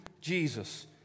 Jesus